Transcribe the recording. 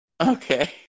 Okay